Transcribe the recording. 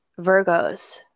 Virgos